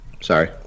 sorry